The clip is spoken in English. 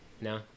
No